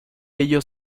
ellos